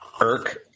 irk